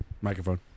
Microphone